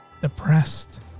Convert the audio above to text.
depressed